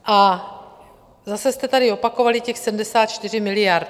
A zase jste tady opakovali těch 74 miliard.